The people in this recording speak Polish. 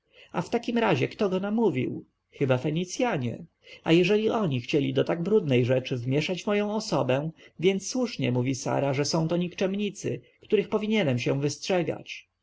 a w takim razie kto go namówił chyba fenicjanie a jeżeli oni chcieli do tak brudnej rzeczy wmieszać moją osobę więc słusznie mówi sara że to są nikczemnicy których powinienem się wystrzegać